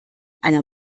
einer